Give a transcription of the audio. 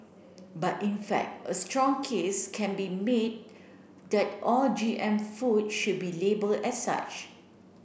but in fact a strong case can be made that all G M food should be labelled as such